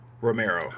Romero